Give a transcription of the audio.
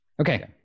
Okay